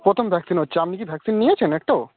প্রথম ভ্যাক্সিন হচ্ছে আপনি কি ভ্যাক্সিন নিয়েছেন একটাও